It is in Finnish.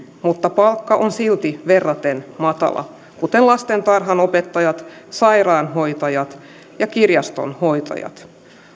mutta palkka on silti verraten matala kuten lastentarhanopettajat sairaanhoitajat ja kirjastonhoitajat